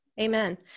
Amen